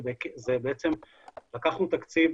זה בעצם לקחנו תקציב